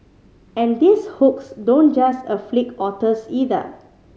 and these hooks don't just afflict otters either